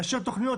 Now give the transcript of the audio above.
לאשר תוכניות,